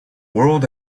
world